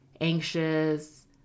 anxious